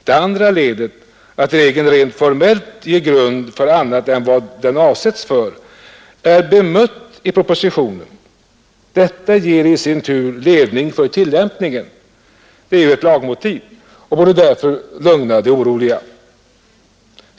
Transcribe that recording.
Det andra ledet — att regeln rent formellt ger grund för annat än vad den avsetts för — är bemött i propositionen. Detta ger i sin tur ledning för tillämpningen, ett lagmotiv, och borde därför lugna de oroliga.